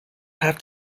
have